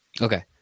Okay